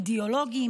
אידיאולוגי,